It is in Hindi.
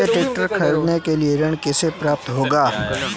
मुझे ट्रैक्टर खरीदने के लिए ऋण कैसे प्राप्त होगा?